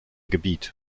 gebiet